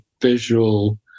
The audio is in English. visual